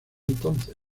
entonces